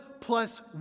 plus